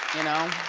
you know?